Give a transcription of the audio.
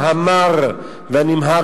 המר והנמהר,